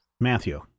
Matthew